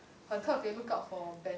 很特别 look out for ben